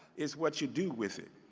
it's what you do with it.